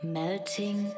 melting